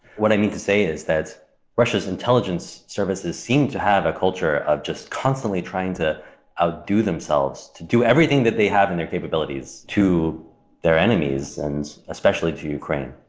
what i mean to say is that russia's intelligence services seem to have a culture of just constantly trying to outdo themselves to do everything that they have and their capabilities to their enemies and especially to ukraine.